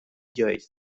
joyce